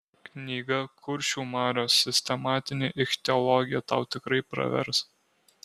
knyga kuršių marios sistematinė ichtiologija tau tikrai pravers